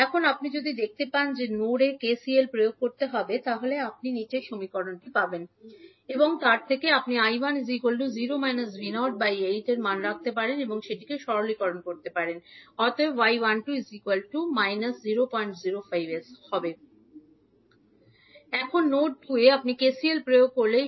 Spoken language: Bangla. এখন যদি আপনি দেখতে পান যে আপনি যদি নোড 1 এ কেসিএল প্রয়োগ করেন তবে আপনি পাবেন 0 − 𝐕0 0 8 𝐕0 2 𝐕0 − 𝐕2 4 0 −𝐕0 4𝐕0 2𝐕0 − 2𝐕2 ⇒ 𝐕2 25𝐕0 আপনি 𝐈1 0 𝐕0 8 এর মান রাখতে পারেন এবং যখন আপনি সরলীকরণ করবেন অতএব এখন নোড 2 এ আপনি কেসিএল প্রয়োগ করবেন